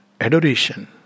adoration